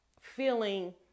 feeling